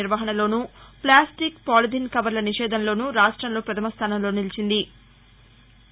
నిర్వహణలోను plastic polythene కవర్ల నిషేధంలోనూ రాష్టంలో పధమ స్థానంలో నిలిచింది